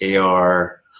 AR